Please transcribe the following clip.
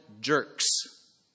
jerks